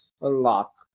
unlock